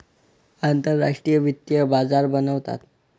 आंतरराष्ट्रीय वित्तीय बाजार बनवतात